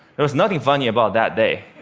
there was nothing funny about that day.